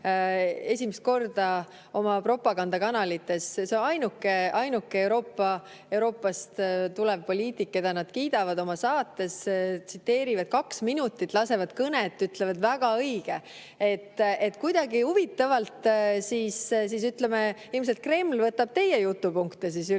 esimest korda oma propagandakanalites, et on ainuke Euroopast tulev poliitik, keda nad kiidavad oma saates, tsiteerivad kaks minutit, lasevad kõnet, ütlevad, et väga õige. Kuidagi huvitavalt siis ilmselt Kreml võtab teie jutupunkte üle.